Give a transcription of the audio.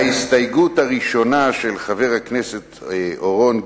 ההסתייגות הראשונה של חברי הכנסת אורון,